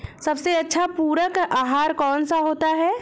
सबसे अच्छा पूरक आहार कौन सा होता है?